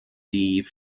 die